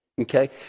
okay